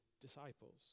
disciples